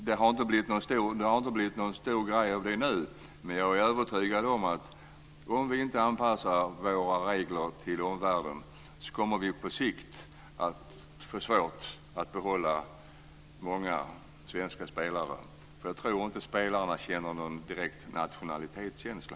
Det har inte blivit någon stor grej av det nu, men jag är övertygad om att om vi inte anpassar våra regler till omvärlden kommer vi på sikt att få svårt att behålla många svenska spelare. Jag tror inte att spelarna känner någon direkt nationalitetskänsla.